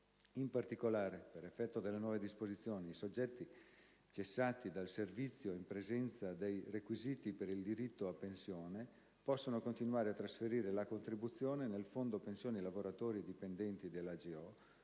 In particolare, per effetto delle nuove disposizioni, i soggetti cessati dal servizio, in presenza dei requisiti per il diritto a pensione, possono continuare a trasferire la contribuzione nel fondo pensioni lavoratori dipendenti